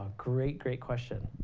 great, great question.